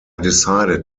decided